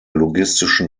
logistischen